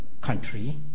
country